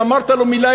שאמרת לו מילה,